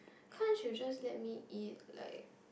can't you just let me eat like